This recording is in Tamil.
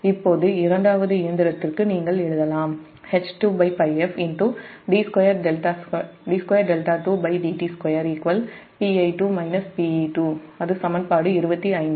இப்போது இரண்டாவது இயந்திரத்திற்கு நீங்கள் எழுதலாம் அது சமன்பாடு 25